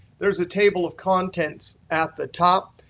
there is a table of contents at the top.